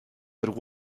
but